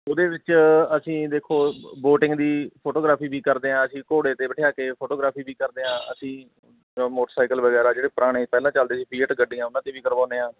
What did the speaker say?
ਉਹ ਦੇ ਵਿੱਚ ਅਸੀਂ ਦੇਖੋ ਵੋਟਿੰਗ ਦੀ ਫੋਟੋਗ੍ਰਾਫੀ ਵੀ ਕਰਦੇ ਹਾਂ ਅਸੀਂ ਘੋੜੇ 'ਤੇ ਬਿਠਾ ਕੇ ਫੋਟੋਗ੍ਰਾਫੀ ਵੀ ਕਰਦੇ ਹਾਂ ਅਸੀਂ ਮੋਟਰਸਾਈਕਲ ਵਗੈਰਾ ਜਿਹੜੇ ਪੁਰਾਣੇ ਪਹਿਲਾਂ ਚੱਲਦੇ ਸੀ ਫੀਐਟ ਗੱਡੀਆਂ ਉਹਨਾਂ 'ਤੇ ਵੀ ਕਰਵਾਉਂਦੇ ਹਾਂ